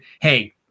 hey